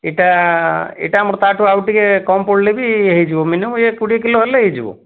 ଏଇଟା ଏଇଟା ଆମର ତାଠୁ ଆଉ ଟିକିଏ କମ୍ ପଡ଼ିଲେ ବି ହୋଇଯିବ ମିନିମମ୍ ଇଏ କୋଡ଼ିଏ କିଲୋ ହେଲେ ହୋଇଯିବ